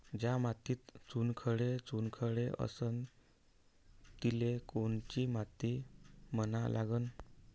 ज्या मातीत चुनखडे चुनखडे असन तिले कोनची माती म्हना लागन?